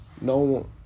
No